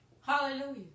Hallelujah